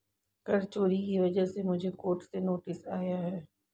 कर चोरी की वजह से मुझे कोर्ट से नोटिस आया है